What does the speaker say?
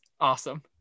Awesome